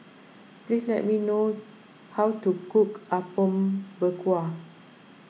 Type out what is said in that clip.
please tell me how to cook Apom Berkuah